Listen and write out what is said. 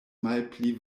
malpli